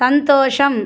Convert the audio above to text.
సంతోషం